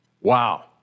Wow